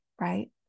right